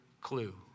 clue